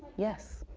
yes.